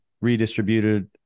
redistributed